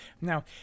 Now